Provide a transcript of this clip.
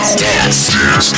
dance